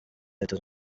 leta